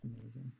Amazing